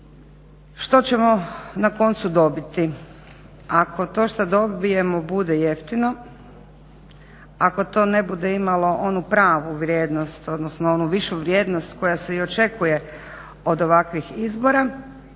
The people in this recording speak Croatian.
što ćemo na koncu dobiti? Ako to što dobijemo bude jeftino, ako to ne bude imalo onu pravu vrijednost odnosno onu višu vrijednost koja se i očekuje od ovakvih izbora.